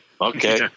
okay